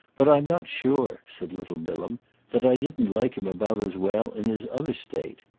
but i'm not sure, said little bilham, that i didn't like him about as well in his other state.